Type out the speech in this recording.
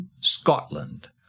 Scotland